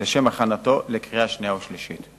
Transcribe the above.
לשם הכנתו לקריאה שנייה ולקריאה שלישית.